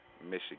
Michigan